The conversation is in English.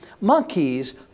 monkeys